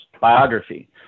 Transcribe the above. biography